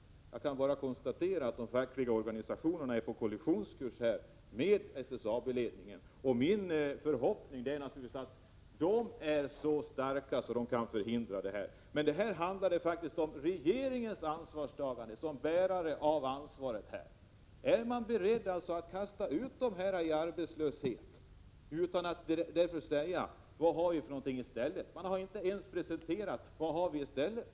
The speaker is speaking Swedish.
Jag kan bara konstatera att de fackliga organisationerna är på kollisionskurs med SSAB-ledningen. Min förhoppning är naturligtvis att de fackliga organisationerna är så starka att de kan förhindra allt detta. Här handlar det om regeringens ansvarstagande. Är man beredd att kasta ut människor i arbetslöshet utan att ha någonting att sätta i stället? Man har inte alls 27 presenterat vad man har att erbjuda.